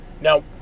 Now